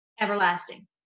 everlasting